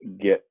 get